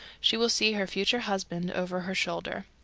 she will see her future husband over her shoulder.